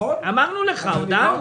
אמרנו לך, הודענו.